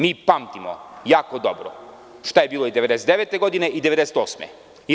Mi pamtimo jako dobro šta je bilo i 1999. godine i 1998. godine.